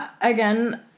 Again